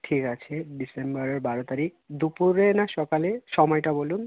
ঠিক আছে ডিসেম্বরের বারো তারিখ দুপুরে না সকালে সময়টা বলুন